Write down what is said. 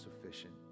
sufficient